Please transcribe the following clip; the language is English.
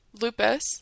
Lupus